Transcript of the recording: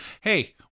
hey